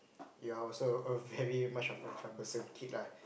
you're also a very much of a troublesome kid lah